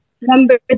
Number